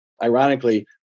Ironically